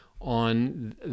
on